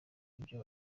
ibyo